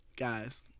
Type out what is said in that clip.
guys